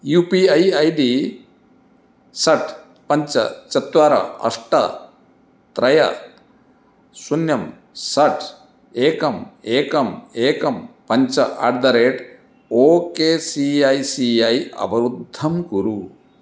U P I ID षट् पञ्च चत्वारि अष्ट त्रयः शून्यं षट् एकम् एकम् एकं पञ्च at the rate okay C I C I अवरुद्धं कुरु